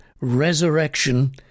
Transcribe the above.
resurrection